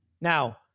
Now